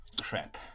Crap